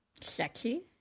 shaky